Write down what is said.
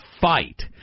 fight